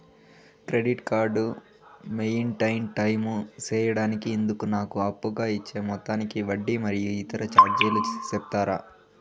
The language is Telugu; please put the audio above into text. క్రెడిట్ కార్డు మెయిన్టైన్ టైము సేయడానికి ఇందుకు నాకు అప్పుగా ఇచ్చే మొత్తానికి వడ్డీ మరియు ఇతర చార్జీలు సెప్తారా?